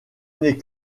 n’est